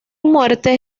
muerte